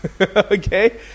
Okay